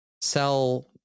sell